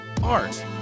art